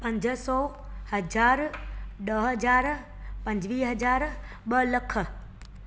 पंज सौ हज़ार ॾह हज़ार पंजवीह हज़ार ॿ लख